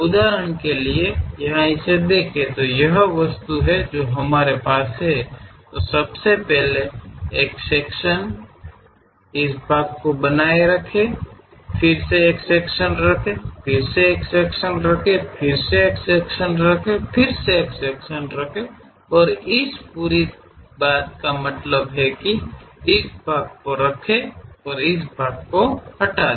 उदाहरण के लिए यहां इसे देखें यह वही वस्तु है जो हमारे पास है सबसे पहले एक सेक्शन है इस भाग को बनाए रखें फिर से एक सेक्शन रखें फिर से एक और सेक्शन रखें फिर से एक और रखें फिर से एक सेक्शन रखें और इस पूरी बात का मतलब ये हैं की इस भाग को रखें और इस भाग को हटा दें